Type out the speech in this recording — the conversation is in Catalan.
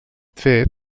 fet